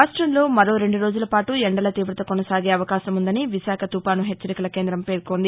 రాష్టంలో మరో రెండురోజులపాటు ఎండల తీవత కొనసాగే అవకాశం ఉందని విశాఖ తుపాను హెచ్ఛరిక కేందం తెలిపింది